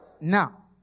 Now